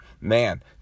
man